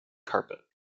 carpet